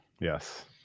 Yes